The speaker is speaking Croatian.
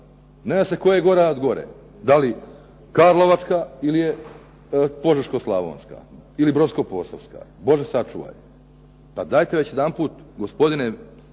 Ne zna se koja je gora od gore da li Karlovačka ili je Požeško-slavonska ili Brodsko-posavska. Bože sačuvaj! Pa dajte već jedanput gospodine